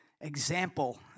Example